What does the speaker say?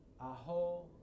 Aho